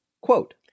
quote